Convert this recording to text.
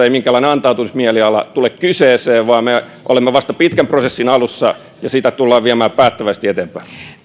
ei minkäänlainen antautumismieliala tule kyseeseen vaan me olemme vasta pitkän prosessin alussa ja sitä tullaan viemään päättäväisesti eteenpäin